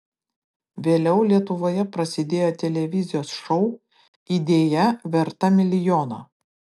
vėliau lietuvoje prasidėjo televizijos šou idėja verta milijono